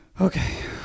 okay